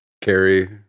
Carrie